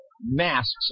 masks